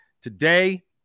today